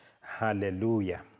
Hallelujah